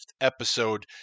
episode